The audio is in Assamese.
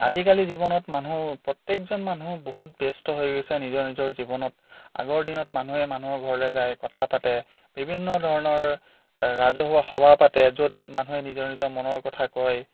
আজিকালি জীৱনত মানুহ প্ৰত্যেকজন মানুহ বহুত ব্যস্ত হৈ গৈছে নিজৰ নিজৰ জীৱনত আগৰ দিনত মানুহে মানুহৰ ঘৰলৈ যায় কথা পাতে বিভিন্ন ধৰণৰ ৰাজহুৱা সভা পাতে য'ত মানুহে নিজৰ নিজৰ মনৰ কথা কয়